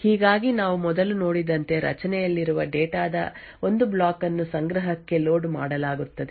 ಹೀಗಾಗಿ ನಾವು ಮೊದಲು ನೋಡಿದಂತೆ ರಚನೆಯಲ್ಲಿರುವ ಡೇಟಾ ದ ಒಂದು ಬ್ಲಾಕ್ ಅನ್ನು ಸಂಗ್ರಹಕ್ಕೆ ಲೋಡ್ ಮಾಡಲಾಗುತ್ತದೆ